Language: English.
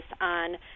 on